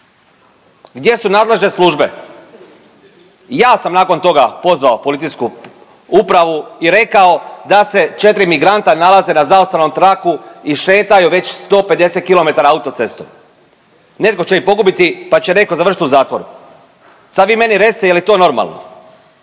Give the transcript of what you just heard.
Gdje su nadležne službe? Ja sam nakon toga pozvao policijsku upravu i rekao da se 4 migranta nalaze na zaustavnom traku i šetaju već 150 kilometara autocestom. Netko će ih pokupiti pa će netko završiti u zatvoru. Sad vi meni recite je li to normalno?